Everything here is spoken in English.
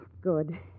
Good